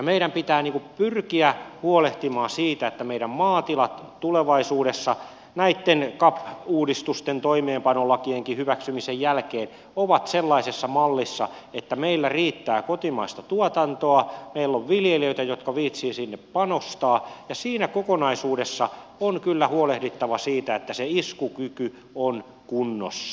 meidän pitää pyrkiä huolehtimaan siitä että meidän maatilat tulevaisuudessa näitten cap uudistusten toimeenpanolakienkin hyväksymisen jälkeen ovat sellaisessa mallissa että meillä riittää kotimaista tuotantoa meillä on viljelijöitä jotka viitsivät sinne panostaa ja siinä kokonaisuudessa on kyllä huolehdittava siitä että se iskukyky on kunnossa